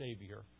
Savior